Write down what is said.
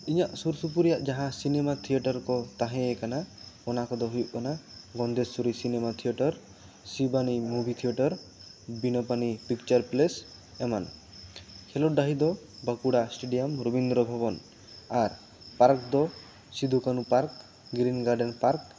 ᱤᱧᱟᱹᱜ ᱥᱩᱨ ᱥᱩᱯᱩᱨ ᱨᱮᱭᱟᱜ ᱡᱟᱦᱟᱸ ᱥᱤᱱᱮᱢᱟ ᱛᱷᱤᱭᱮᱴᱟᱨ ᱠᱚ ᱛᱟᱦᱮᱸ ᱠᱟᱱᱟ ᱚᱱᱟ ᱠᱚ ᱫᱚ ᱦᱩᱭᱩᱜ ᱠᱟᱱᱟ ᱜᱚᱸᱫᱮᱥᱥᱩᱨᱤ cinema theatre Shibani movie theatre ᱵᱤᱱᱟᱯᱟᱹᱱᱤ ᱯᱤᱠᱪᱟᱹᱨ ᱯᱞᱮᱥ ᱮᱢᱟᱱ ᱠᱷᱮᱞᱳᱰ ᱰᱟᱺᱦᱤ ᱫᱚ ᱵᱟᱸᱠᱩᱲᱟ ᱥᱴᱤᱰᱤᱭᱟᱢ ᱨᱚᱵᱤᱱᱫᱨᱚ ᱵᱷᱚᱵᱚᱱ ᱟᱨ ᱯᱟᱨᱠ ᱫᱚ Sido Kanhu park green garden park